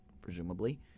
presumably